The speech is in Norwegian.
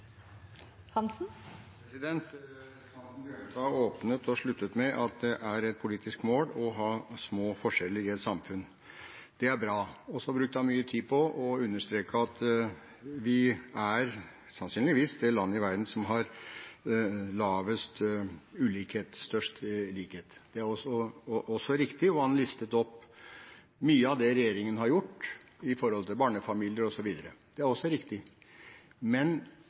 replikkordskifte. Representanten Bjørnstad åpnet og sluttet med å si at det er et politisk mål å ha små forskjeller i et samfunn – det er bra. Så brukte han mye tid på å understreke at vi sannsynligvis er det landet i verden som har lavest ulikhet og størst likhet – det er også riktig. Og han listet opp mye av det regjeringen har gjort når det gjelder barnefamilier osv. – det er også riktig. Men